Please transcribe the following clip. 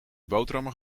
boterhammen